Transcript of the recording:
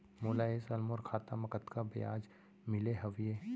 मोला ए साल मोर खाता म कतका ब्याज मिले हवये?